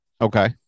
Okay